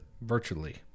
virtually